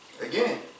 Again